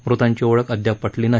मृतांची ओळख अद्याप पटली नाही